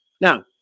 Now